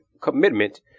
commitment